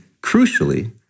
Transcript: crucially